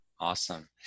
Awesome